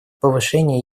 повышения